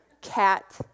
cat